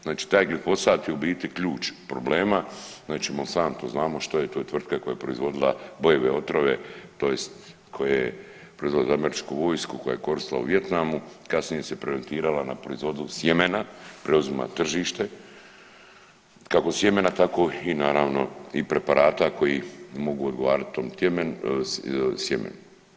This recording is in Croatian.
Znači taj glifosat je u biti ključ problema znači Monsanto znamo što je, to je tvrtka koja je proizvodila bojeve otrove tj. koja je proizvodila američku vojsku koja je koristila u Vijetnamu, kasnije se preorijentirala na proizvodnju sjemena, preuzima tržište, kako sjemena tako i naravno i preparata koji mogu odgovarat tom sjemenu.